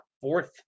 fourth